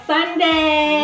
Sunday